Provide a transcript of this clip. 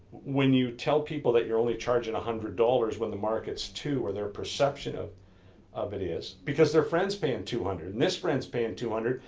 when you tell people that you're only charging one hundred dollars when the market's two, or their perception of of it is, because their friend is paying two hundred and this friend is paying two hundred,